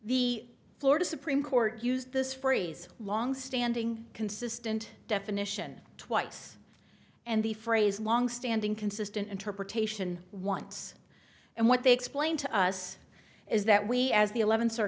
the florida supreme court use this phrase longstanding consistent definition twice and the phrase longstanding consistent interpretation once and what they explained to us is that we as the eleventh